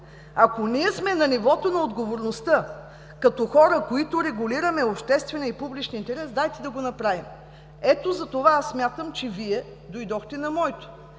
Ако ние сме на нивото на отговорността като хора, които регулираме обществения и публичния интерес, дайте да го направим. Ето затова смятам, че Вие дойдохте на моето: